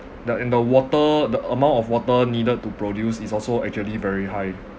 that in the water the amount of water needed to produce is also actually very high